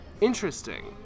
Interesting